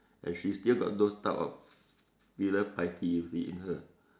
and she still got those type of filial piety you see in her